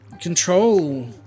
control